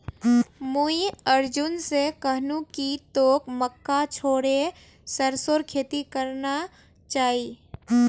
मुई अर्जुन स कहनु कि तोक मक्का छोड़े सरसोर खेती करना चाइ